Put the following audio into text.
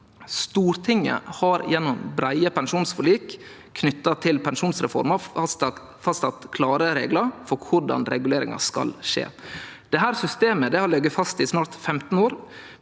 Stortinget har gjennom brede pensjonsforlik knyttet til pensjonsreformen fastsatt klare regler for hvordan reguleringen skal skje. Dette systemet har snart ligget fast i 15 år,